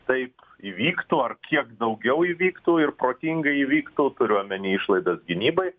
taip įvyktų ar kiek daugiau įvyktų ir protingai įvyktų turiu omeny išlaidas gynybai